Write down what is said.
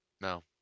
No